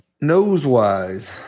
Nose-wise